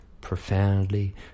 profoundly